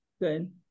Good